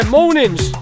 mornings